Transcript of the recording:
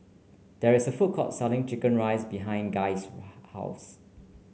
there is a food court selling chicken rice behind Guy's house